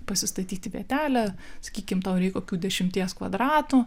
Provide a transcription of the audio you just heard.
pasistatyti vietelę sakykim tau reikia kokių dešimties kvadratų